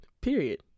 Period